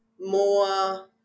more